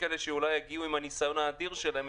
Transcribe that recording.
הישיבה ננעלה בשעה 11:55.